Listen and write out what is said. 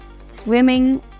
swimming